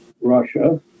Russia